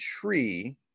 tree